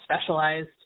specialized